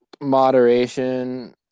moderation